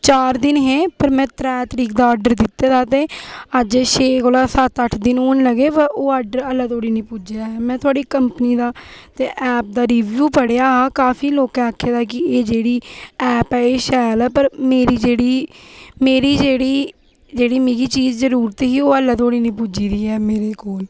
ते ओह् चार दिन हे ते फ्ही में ओह् ऑर्डर दित्ते ते ओह् अज्ज छे कोला सत्त अट्ठ दिन होन लगे ते ओह् ऑर्डर ऐल्लै धोड़ी निं पुज्जे दा ऐ में थुआढ़ी कंपनी दा एप दा रिव्यू पढ़ेआ ते काफी लोकें आक्खे दा की एह् जेह्ड़ी एप ऐ एह् शैल ऐ पर मेरी जेह्ड़ी मेरी जेह्ड़ी मिगी जेह्ड़ी मिगी चीज़ जरूरत ही मिगी ओह् ऐल्लै धोड़ी निं पुज्जी ऐ मेरे कोल